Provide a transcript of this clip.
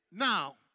Now